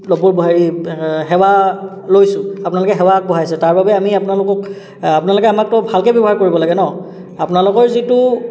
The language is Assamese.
সেৱা লৈছোঁ আপোনালোকে সেৱা আগবঢ়াইছে তাৰ বাবে আমি আপোনালোকক আপোনালোকে আমাকতো ভালকৈ ব্যৱহাৰ কৰিব লাগে ন আপোনালোকৰ যিটো